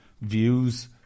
views